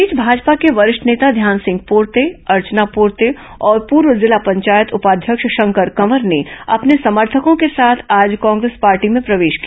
इस बीच भाजपा के वरिष्ठ नेता ध्यान सिंह पोर्ते अर्चना पोर्ते और पूर्व जिला पंचायत उपाध्यक्ष शंकर कंवर ने अपने समर्थकों के साथ आज कांग्रेस पार्टी में प्रवेश किया